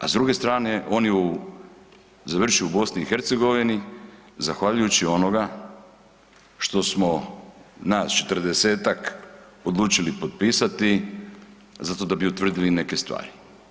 A s druge strane on je završio u BiH zahvaljujući onoga što smo nas 40-tak odlučili potpisati zato da bi utvrdili neke stvari.